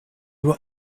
were